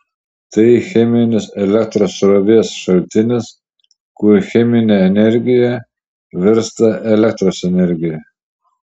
tai cheminis elektros srovės šaltinis kur cheminė energija virsta elektros energija